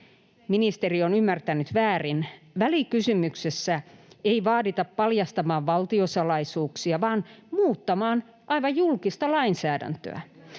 Ministeri on ymmärtänyt väärin — välikysymyksessä ei vaadita paljastamaan valtiosalaisuuksia vaan muuttamaan aivan julkista lainsäädäntöä.